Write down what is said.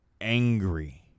angry